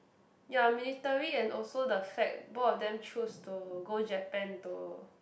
ya military and also the fact both of them choose to go Japan to